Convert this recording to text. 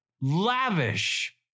lavish